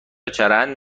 چرند